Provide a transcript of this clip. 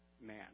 man